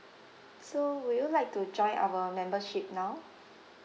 so would you like to join our membership now